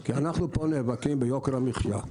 כי אנחנו נאבקים היום ביוקר המחיה.